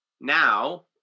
now